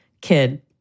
kid